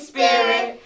Spirit